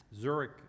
Zurich